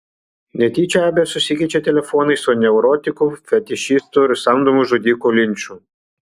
netyčia abė susikeičia telefonais su neurotiku fetišistu ir samdomu žudiku linču